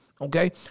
Okay